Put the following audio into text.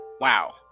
Wow